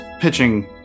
pitching